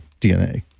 DNA